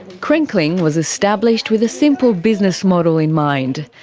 crinkling was established with a simple business model in mind.